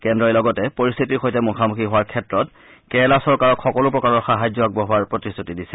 কেন্দ্ৰই লগতে পৰিস্থিতিৰ সৈতে মুখামুখি হোৱাৰ ক্ষেত্ৰত কেৰালা চৰকাৰক সকলো প্ৰকাৰৰ সাহায্য আগবঢ়োৱাৰ প্ৰতিশ্ৰুতি দিছে